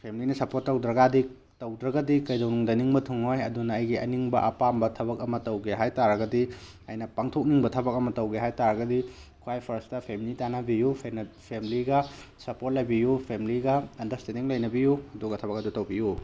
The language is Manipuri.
ꯐꯦꯃꯂꯤꯅ ꯁꯞꯄ꯭ꯔꯣꯠ ꯇꯧꯗ꯭ꯔꯥꯒꯗꯤ ꯀꯩꯗꯧꯅꯨꯡꯗ ꯅꯤꯡꯕ ꯊꯨꯡꯉꯣꯏ ꯑꯗꯨꯅ ꯑꯩꯒꯤ ꯑꯅꯤꯡꯕ ꯑꯄꯥꯝꯕ ꯊꯕꯛ ꯑꯃ ꯇꯧꯒꯦ ꯍꯥꯏꯕ ꯇꯥꯔꯒꯗꯤ ꯑꯩꯅ ꯄꯥꯡꯊꯣꯛꯅꯤꯡꯕ ꯊꯕꯛ ꯑꯃ ꯇꯧꯒꯦ ꯍꯥꯏꯕ ꯇꯥꯔꯒꯗꯤ ꯈ꯭ꯋꯥꯏ ꯐꯥꯔꯁꯇ ꯐꯦꯃꯂꯤ ꯇꯥꯟꯅꯕꯤꯌꯨ ꯐꯦꯃꯂꯤꯒ ꯁꯞꯄ꯭ꯔꯣꯠ ꯂꯩꯕꯤꯌꯨ ꯐꯦꯃꯂꯤꯒ ꯑꯟꯗ꯭ꯔꯁꯇꯦꯟꯗꯤꯡ ꯂꯩꯅꯕꯤꯌꯨ ꯑꯗꯨꯒ ꯊꯕꯛ ꯑꯗꯨ ꯇꯧꯕꯤꯌꯨ